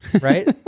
right